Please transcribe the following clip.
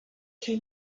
zen